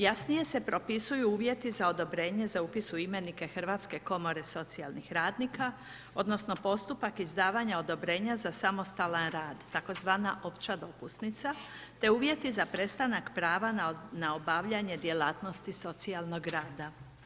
Jasnije se propisuju uvjeti za odobrenje za upis u imenike Hrvatske komore socijalnih radnika, odnosno postupak izdavanja odobrenja za samostalan rad, tzv. opća dopusnica te uvjeti za prestanak prava na obavljanje djelatnosti socijalnog rada.